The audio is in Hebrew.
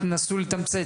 תנסו לתמצת,